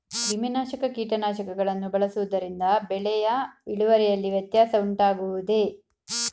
ಕ್ರಿಮಿನಾಶಕ ಕೀಟನಾಶಕಗಳನ್ನು ಬಳಸುವುದರಿಂದ ಬೆಳೆಯ ಇಳುವರಿಯಲ್ಲಿ ವ್ಯತ್ಯಾಸ ಉಂಟಾಗುವುದೇ?